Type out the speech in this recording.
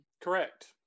Correct